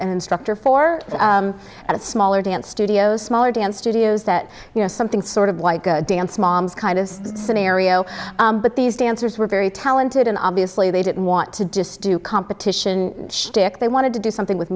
an instructor for at smaller dance studios smaller dance studios that you know something sort of like a dance moms kind of scenario but these dancers were very talented and obviously they didn't want to just do competition shtick they wanted to do something with